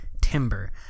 Timber